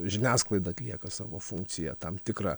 žiniasklaida atlieka savo funkciją tam tikrą